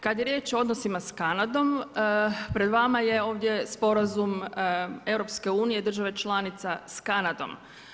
Kada je riječ o odnosima s Kanadom, pred vama je ovdje sporazum EU i države članica s Kanadom.